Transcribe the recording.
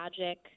magic